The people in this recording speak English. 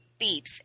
beeps